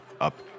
up